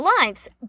lives